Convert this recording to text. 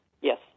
Yes